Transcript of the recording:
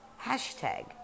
hashtag